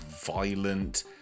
violent